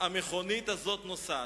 המכונית הזאת נוסעת.